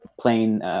playing